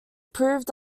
proved